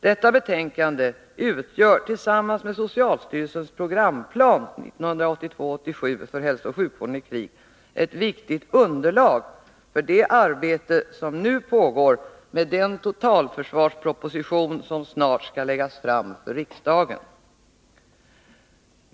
Detta utgör tillsammans med socialstyrelsens programplan 1982/87 för hälsooch sjukvården i krig ett viktigt underlag för det arbete som nu pågår med den totalförsvarsproposition som snart skall läggas fram för riksdagen.